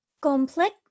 complete